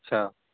अच्छा